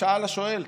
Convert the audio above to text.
שאל השואל,